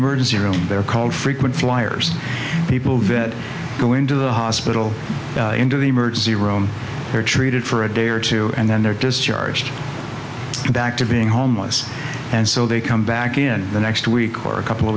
emergency room they're called frequent flyers people vent go into the hospital into the emergency room they're treated for a day or two and then they're discharged back to being homeless and so they come back in the next week or a couple of